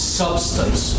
substance